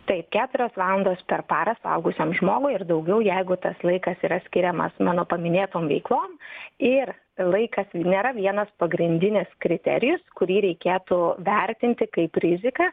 taip keturios valandos per parą suaugusiam žmogui ir daugiau jeigu tas laikas yra skiriamas mano paminėtom veiklom ir laikas nėra vienas pagrindinis kriterijus kurį reikėtų vertinti kaip riziką